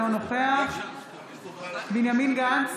אינו נוכח בנימין גנץ,